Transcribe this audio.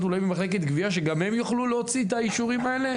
אולי במח' גבייה שגם הן יוכלו להוציא את האישורים האלה?